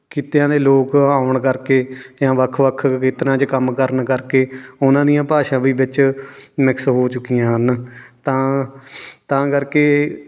ਖਿੱਤਿਆਂ ਦੇ ਲੋਕ ਆਉਣ ਕਰਕੇ ਜਾਂ ਵੱਖ ਵੱਖ ਖੇਤਰਾਂ 'ਚ ਕੰਮ ਕਰਨ ਕਰਕੇ ਉਹਨਾਂ ਦੀਆਂ ਭਾਸ਼ਾ ਵੀ ਵਿੱਚ ਮਿਕਸ ਹੋ ਚੁੱਕੀਆਂ ਹਨ ਤਾਂ ਤਾਂ ਕਰਕੇ